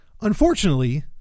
Unfortunately